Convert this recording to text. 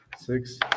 Six